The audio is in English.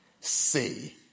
say